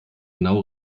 genau